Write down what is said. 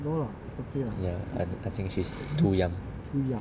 no lah ya I think she's too young